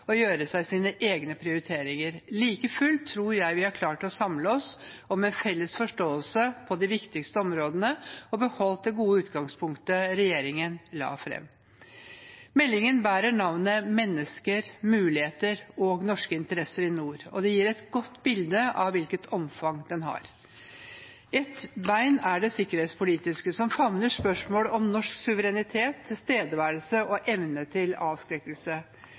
og gjøre seg sine egne prioriteringer. Like fullt tror jeg vi har klart å samle oss og med felles forståelse på de viktigste områdene beholdt det gode utgangspunktet regjeringen la fram. Meldingen bærer navnet «Mennesker, muligheter og norske interesser i nord», og det gir et godt bilde av hvilket omfang den har. Ett ben er det sikkerhetspolitiske, som favner spørsmålet om norsk suverenitet, tilstedeværelse og evne til avskrekkelse.